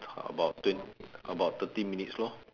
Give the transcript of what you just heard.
about twen~ about thirty minutes lor